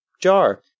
Jar